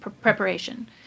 preparation